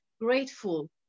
grateful